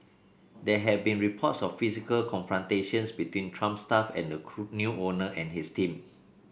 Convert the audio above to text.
there have been reports of physical confrontations between trump staff and the cool new owner and his team